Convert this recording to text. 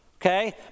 okay